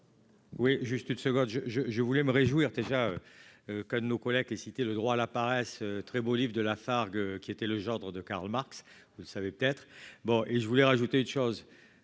Oui, juste une seconde, je, je, je voulais me réjouir déjà que nos collègues les citer le droit à la paresse, très beau livre de Lafarge, qui était le gendre de Karl Marx, vous le savez peut-être, bon et je voulais rajouter une chose